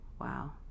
Wow